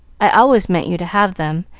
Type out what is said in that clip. i always meant you to have them,